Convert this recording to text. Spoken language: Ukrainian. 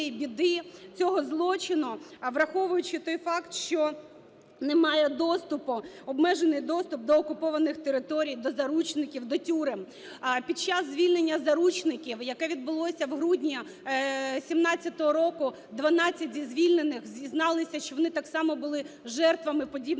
біди, цього злочину, враховуючи той факт, що немає доступу, обмежений доступ до окупованих територій, до заручників, до тюрем. Під час звільнення заручників, яке відбулося в грудні 17-го року, 12 зі звільнених зізналися, що вони так само були жертвами подібних злочинів.